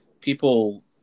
people